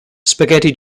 spaghetti